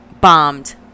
bombed